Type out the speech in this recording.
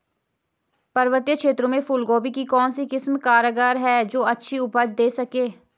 पर्वतीय क्षेत्रों में फूल गोभी की कौन सी किस्म कारगर है जो अच्छी उपज दें सके?